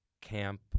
camp